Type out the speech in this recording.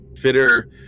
fitter